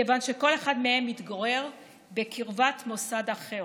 מכיוון שכל אחד מהם מתגורר בקרבת מוסד אחר.